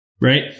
right